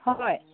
হয়